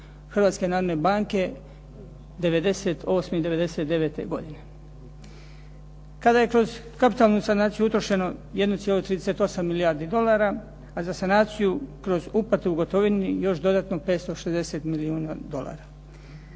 Hrvatske narodne banke '98. i '99. godine kada je kroz kapitalnu sanaciju utrošeno 1,38 milijardi dolara, a za sanaciju kroz uplate u gotovini još dodatno 560 milijuna dolara.